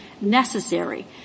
necessary